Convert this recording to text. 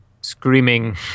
screaming